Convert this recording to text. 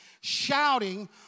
shouting